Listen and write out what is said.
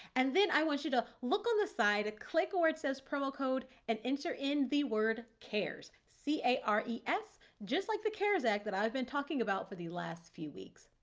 and then i want you to look on the side. click where it says promo code and enter in the word cares. c a r e s, just like the cares act that i've been talking about for the last few weeks.